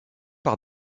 par